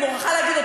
אני מוכרחה להגיד,